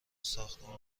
ساختمونا